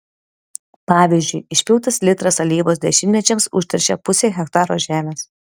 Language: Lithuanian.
pavyzdžiui išpiltas litras alyvos dešimtmečiams užteršia pusę hektaro žemės